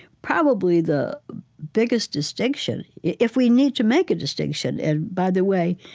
probably the biggest distinction if we need to make a distinction, and by the way,